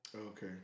Okay